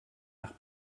nach